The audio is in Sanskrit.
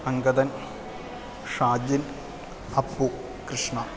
अङ्गदः शाजिन् अप्पु कृष्णः